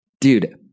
dude